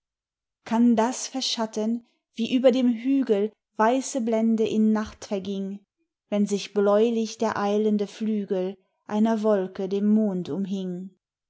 kann das verschatten wie über dem hügel weiße blende in nacht verging wenn sich bläulich der eilende flügel einer wolke dem mond umhing